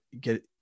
get